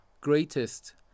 greatest